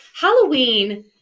Halloween